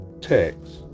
text